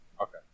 Okay